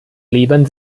leben